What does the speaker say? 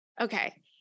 Okay